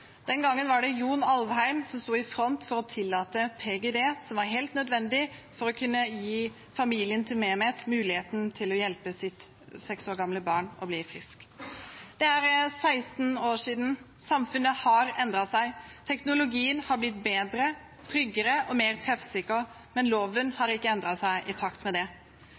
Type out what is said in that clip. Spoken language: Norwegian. Den gangen var det John I. Alvheim som sto i front for å tillate PGD, som var helt nødvendig for å kunne gi familien til Mehmet muligheten til å hjelpe sitt 6 år gamle barn å bli frisk. Det er 16 år siden. Samfunnet har endret seg, og teknologien har blitt bedre, tryggere og mer treffsikker, men loven har ikke endret seg i takt med det.